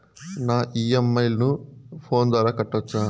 నా ఇ.ఎం.ఐ ను ఫోను ద్వారా కట్టొచ్చా?